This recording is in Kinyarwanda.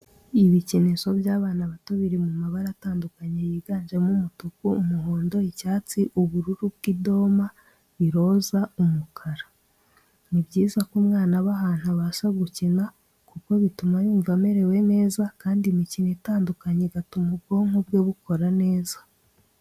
Ibikinisho by'abana bato biri mu mabara atandukanye yiganjemo umutuku, umuhondo, icyatsi ,ubururu bw'idoma, iroza, umukara. Ni byiza ko umwana aba ahantu abasha gukina kuko bituma yumva amerewe neza, kandi imikino itandukanye igatuma ubwonko bwe bukora neza.